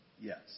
Yes